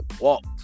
walked